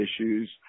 issues